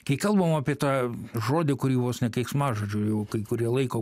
kai kalbam apie tą žodį kurį vos ne keiksmažodžiu jau kai kurie laiko